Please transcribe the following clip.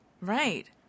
Right